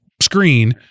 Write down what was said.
screen